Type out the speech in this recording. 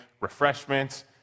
refreshments